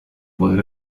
poder